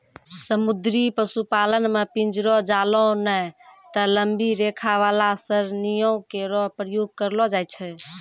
समुद्री पशुपालन म पिंजरो, जालों नै त लंबी रेखा वाला सरणियों केरो प्रयोग करलो जाय छै